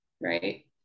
right